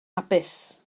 hapus